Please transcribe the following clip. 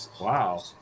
Wow